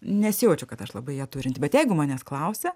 nesijaučiu kad aš labai ją turinti bet jeigu manęs klausia